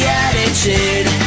attitude